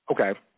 Okay